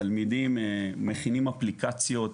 תלמידים מכינים אפליקציות,